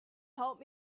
help